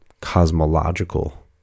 cosmological